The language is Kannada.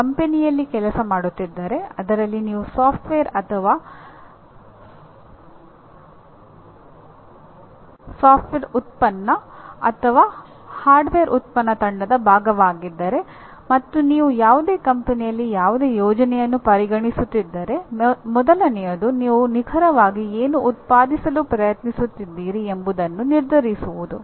ನೀವು ಕಂಪನಿಯಲ್ಲಿ ಕೆಲಸ ಮಾಡುತ್ತಿದ್ದರೆ ಅದರಲ್ಲಿ ನೀವು ಸಾಫ್ಟ್ವೇರ್ ತಂಡ ಅಥವಾ ಸಾಫ್ಟ್ವೇರ್ ಉತ್ಪನ್ನ ತಂಡ ಅಥವಾ ಹಾರ್ಡ್ವೇರ್ ಉತ್ಪನ್ನ ತಂಡದ ಭಾಗವಾಗಿದ್ದರೆ ಮತ್ತು ನೀವು ಯಾವುದೇ ಕಂಪನಿಯಲ್ಲಿ ಯಾವುದೇ ಯೋಜನೆಯನ್ನು ಪರಿಗಣಿಸುತ್ತಿದ್ದರೆ ಮೊದಲನೆಯದು ನೀವು ನಿಖರವಾಗಿ ಏನು ಉತ್ಪಾದಿಸಲು ಪ್ರಯತ್ನಿಸುತ್ತಿದ್ದೀರಿ ಎಂಬುದನ್ನು ನಿರ್ಧರಿಸುವುದು